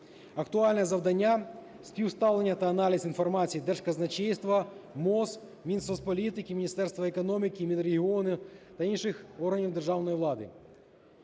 Актуальне завдання – співставлення та аналіз інформації Держказначейства, МОЗ, Мінсоцполітики, Міністерства економіки, Мінрегіону та інших органів державної влади.